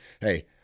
hey